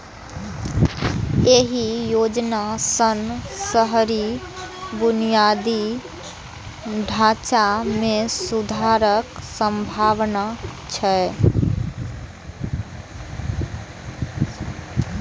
एहि योजना सं शहरी बुनियादी ढांचा मे सुधारक संभावना छै